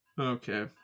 Okay